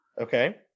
Okay